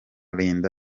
linda